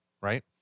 right